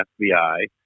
FBI